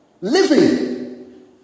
living